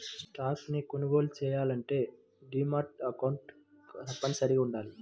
stocks ని కొనుగోలు చెయ్యాలంటే డీమాట్ అకౌంట్ తప్పనిసరిగా వుండాలి